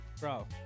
bro